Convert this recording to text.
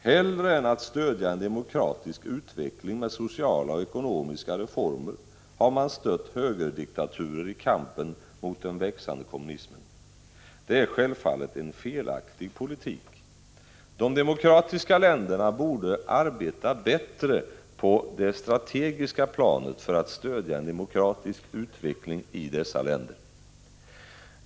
Hellre än att stödja en demokratisk utveckling med sociala och ekonomiska reformer har man stött högerdiktaturer i kampen mot den växande kommunismen. Det är självfallet en felaktig politik. De demokratiska länderna borde arbeta på det strategiska planet för att stödja en demokratisk utveckling i dessa länder.